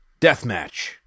Deathmatch